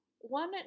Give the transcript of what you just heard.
One